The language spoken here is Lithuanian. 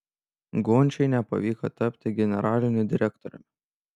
gončiui nepavyko tapti generaliniu direktoriumi